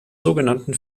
sogenannten